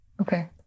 Okay